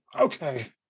Okay